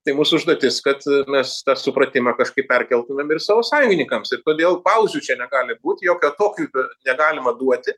tai mūsų užduotis kad mes tą supratimą kažkaip perkeltumėm ir savo sąjungininkams ir todėl pauzių čia negali būt jokio atokvipio negalima duoti